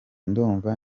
ndumva